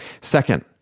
Second